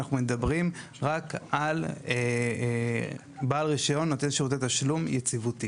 אנחנו מדברים רק על בעל רישיון נותן שירותי תשלום יציבותי.